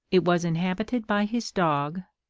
it was inhabited by his dog,